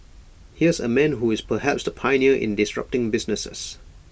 here's A man who is perhaps the pioneer in disrupting businesses